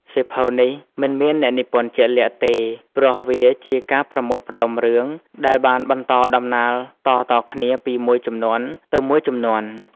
សៀវភៅនេះមិនមានអ្នកនិពន្ធជាក់លាក់ទេ ព្រោះវាជាការប្រមូលផ្តុំរឿងដែលបានបន្តដំណាលតៗគ្នាពីមួយជំនាន់ទៅមួយជំនាន់។